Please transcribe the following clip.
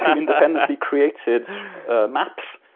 independently created maps.